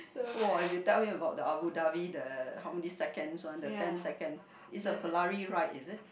!wah! if you tell him about the Abu-Dhabi the how many seconds one the ten second is a Ferrari ride is it